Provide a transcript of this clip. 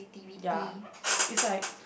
ya is like